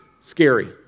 scary